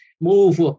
move